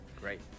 Great